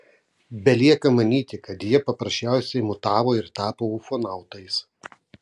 belieka manyti kad jie paprasčiausiai mutavo ir tapo ufonautais